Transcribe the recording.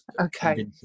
Okay